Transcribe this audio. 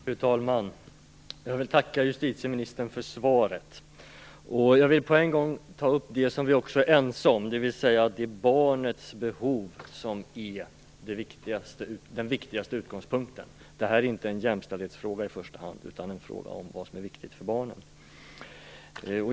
Fru talman! Jag vill tacka justitieministern för svaret. På en gång vill jag ta upp det som vi är ense om, dvs. att barnets behov är den viktigaste utgångspunkten. Det här är inte i första hand en jämställdhetsfråga utan en fråga om vad som är viktigt för barnen.